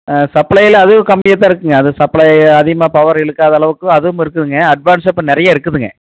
ஆ சப்பளையில் அதுவும் கம்மியாக தான் இருக்கும்ங்க அது சப்ளை அதிகமாக பவர் இழுக்காத அளவுக்கு அதுவும் இருக்குதுங்க அட்வான்ஸாக இப்போ நிறையா இருக்குதுங்க